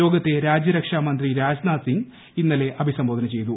യോഗത്തെ രുജ്യർക്ഷാമന്ത്രി രാജ്നാഥ് സിങ് ഇന്നലെ അഭിസംബോധന ചെയ്തു